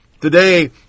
Today